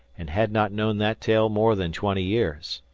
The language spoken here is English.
and had not known that tale more than twenty years.